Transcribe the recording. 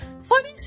funny